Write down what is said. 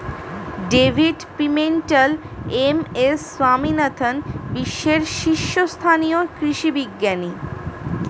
David Pimentel, M S Swaminathan বিশ্বের শীর্ষস্থানীয় কৃষি বিজ্ঞানী